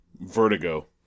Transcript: vertigo